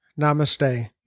Namaste